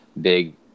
big